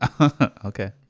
Okay